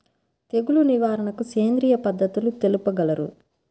తెగులు నివారణకు సేంద్రియ పద్ధతులు తెలుపగలరు?